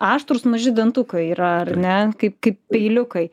aštrūs maži dantukai yra ar ne kaip kaip peiliukai